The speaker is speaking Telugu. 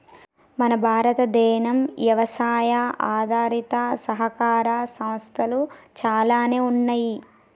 మన భారతదేనం యవసాయ ఆధారిత సహకార సంస్థలు చాలానే ఉన్నయ్యి